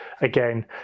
again